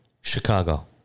Chicago